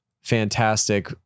fantastic